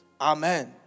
Amen